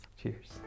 Cheers